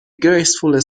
graceful